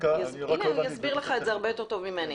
הוא יסביר לך את זה הרבה יותר טוב ממני.